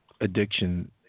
addiction